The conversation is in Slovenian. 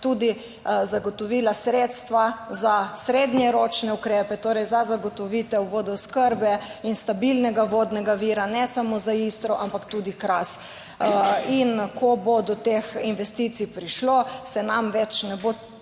tudi zagotovila sredstva za srednjeročne ukrepe, torej za zagotovitev vodooskrbe in stabilnega vodnega vira, ne samo za Istro, ampak tudi Kras. In ko bo do teh investicij prišlo se nam več ne bo